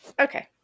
okay